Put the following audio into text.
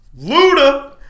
Luda